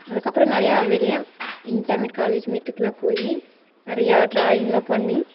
அதுக்கப்புறோம் நிறையா வெளியே இன்டர்ன்னு காலேஜ் மீட்டுக்குலாம் போய் நிறையா ட்ராயிங்லாம் பண்ணி